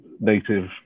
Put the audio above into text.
native